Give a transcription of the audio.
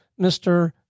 Mr